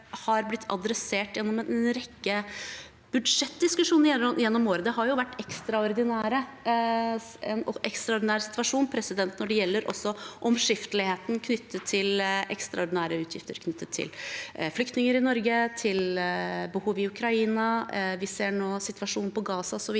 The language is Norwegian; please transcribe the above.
har blitt tatt opp i en rekke budsjettdiskusjoner gjennom året. Det har jo vært en ekstraordinær situasjon når det gjelder også omskifteligheten knyttet til ekstraordinære utgifter til flyktninger i Norge og til behov i Ukraina, og vi ser nå situasjonen i Gaza osv.,